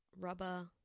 rubber